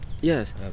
yes